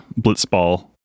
Blitzball